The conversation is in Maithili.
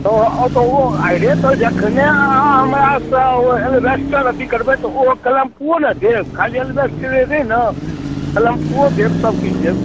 तऽ ओतऽ ओ आहिरेतऽ जखने ओ अहाँ हमरासँ ओ एल्बेस्टर अथी करबै तऽ ओ कलेम्पुओ ने देब खाली एलबेस्ट्रे नहि ने केलेम्फुओ देब सभकिछु देब